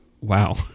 Wow